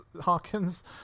hawkins